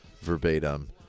verbatim